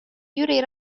jüri